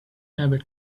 never